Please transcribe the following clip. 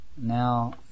Now